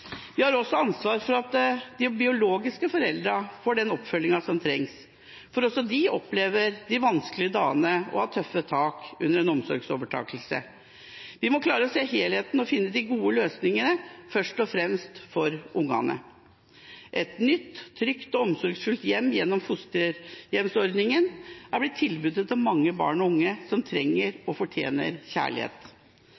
Vi har også et ansvar for at de biologiske foreldrene får den oppfølgingen som trengs, for også de opplever de vanskelige dagene og har tøffe tak under en omsorgsovertakelse. Vi må klare å se helheten og finne de gode løsningene, først og fremst for ungene. Et nytt, trygt og omsorgsfullt hjem gjennom fosterhjemsordningen er blitt tilbudet til mange barn og unge som trenger